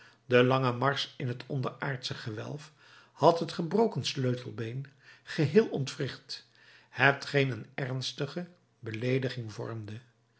de lange marsch in het onderaardsche gewelf had het gebroken sleutelbeen geheel ontwricht hetgeen een ernstige beleediging vormde